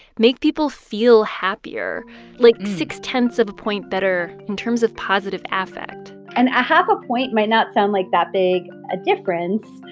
make people feel happier like six-tenths of a point better in terms of positive affect and a half a point might not sound like that big a difference.